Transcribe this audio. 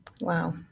Wow